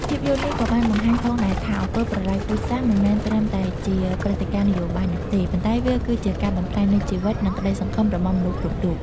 ភាពយន្តនេះក៏បានបង្ហាញផងដែរថា អំពើប្រល័យពូជសាសន៍មិនមែនត្រឹមតែជាព្រឹត្តិការណ៍នយោបាយនោះទេ ប៉ុន្តែវាគឺជាការបំផ្លាញនូវជីវិត និងក្ដីសង្ឃឹមរបស់មនុស្សគ្រប់រូប។